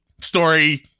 story